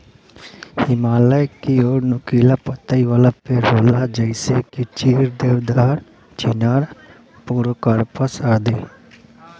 हिमालय की ओर नुकीला पतइ वाला पेड़ होला जइसे की चीड़, देवदार, चिनार, पोड़ोकार्पस आदि